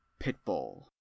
Pitbull